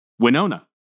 Winona